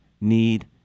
need